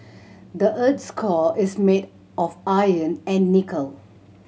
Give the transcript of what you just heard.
the earth's core is made of iron and nickel